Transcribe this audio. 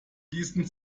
diesen